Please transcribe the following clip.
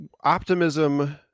optimism